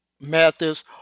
Mathis